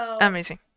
amazing